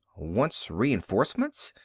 wants reinforcements.